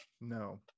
No